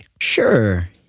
Sure